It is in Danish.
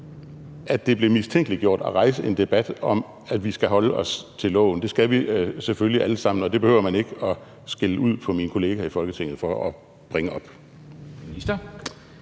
at det blev mistænkeliggjort at rejse en debat om, at vi skal holde os til loven. Det skal vi selvfølgelig alle sammen, og det behøver man ikke at skælde ud på min kollega i Folketinget for at bringe op.